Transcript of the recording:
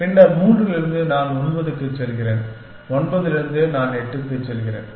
பின்னர் 3 இலிருந்து நான் 9 க்கு செல்கிறேன் 9 இலிருந்து நான் 8 க்கு செல்கிறேன்